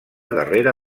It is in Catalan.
darrere